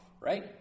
right